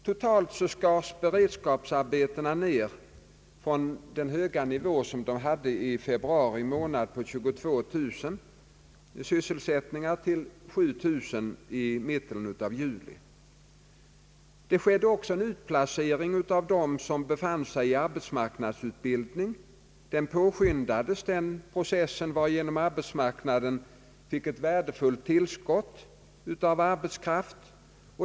Totalt skars beredskapsarbetena ner från den höga nivå som de hade i februari månad, nämligen 22 000 sysselsättningar, till 7 000 i mitten av juli. Det skedde också en utplacering av dem som befann sig i arbetsmarknadsutbildning. Denna process påskyndades, varigenom arbetsmarknaden fick ett värdefullt tillskott av arbetskraft.